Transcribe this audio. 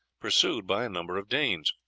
pursued by a number of danes.